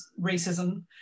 racism